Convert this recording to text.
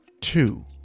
Two